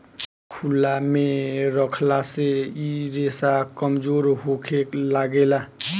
खुलला मे रखला से इ रेसा कमजोर होखे लागेला